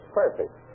perfect